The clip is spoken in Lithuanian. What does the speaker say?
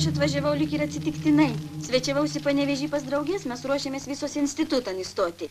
čia atvažiavau lyg ir atsitiktinai svečiavausi panevėžy pas drauges mes ruošėmės visus institutan įstoti